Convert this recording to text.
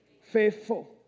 Faithful